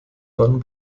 tonnen